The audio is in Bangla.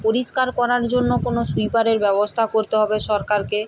পরিষ্কার করার জন্য কোনো সুইপারের ব্যবস্থা করতে হবে সরকারকে